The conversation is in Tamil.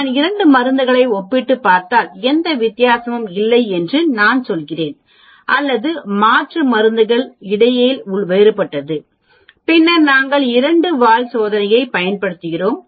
நான் 2 மருந்துகளை ஒப்பிட்டுப் பார்த்தால் எந்த வித்தியாசமும் இல்லை என்று நான் சொல்கிறேன் அல்லது மாற்று மருந்துக்கு இடையில் வேறுபட்டது பின்னர் நாங்கள் இரண்டு வால் சோதனையைப் பயன்படுத்துகிறோம்